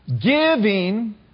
Giving